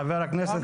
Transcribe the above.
ח"כ סמוטריץ'.